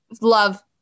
Love